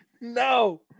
No